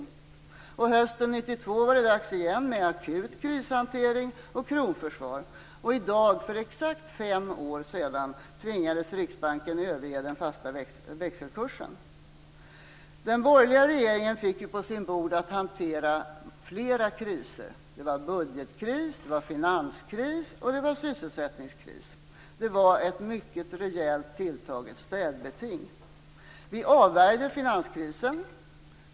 Hösten 1992 var det dags igen med akut krishantering och kronförsvar, och i dag för exakt fem år sedan tvingades Riksbanken överge den fasta kronkursen. Den borgerliga regeringen fick på sitt bord att hantera flera kriser. Det var budgetkris, finanskris och sysselsättningskris. Det var ett mycket rejält tilltaget städbeting. Vi avvärjde finanskrisen.